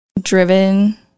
driven